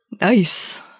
Nice